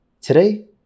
Today